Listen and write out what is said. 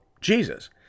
Jesus